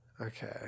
Okay